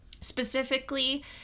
specifically